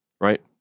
right